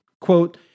Quote